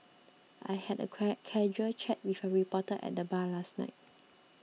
I had a casual chat with a reporter at the bar last night